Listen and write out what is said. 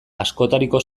askotariko